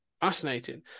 fascinating